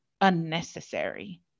unnecessary